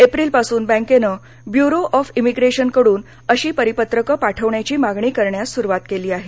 एप्रिलपासून बँकेनं ब्युरो ऑफइमिप्रेशनकडून अशी परिपत्रकं पाठविण्याची मागणी करण्यास सुरुवात केली आहे